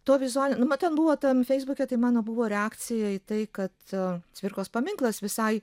tuo vizualiniu nu mat ten buvo ten feisbuke tai mano buvo reakcija į tai kad cvirkos paminklas visai